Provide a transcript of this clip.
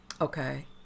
Okay